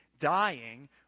dying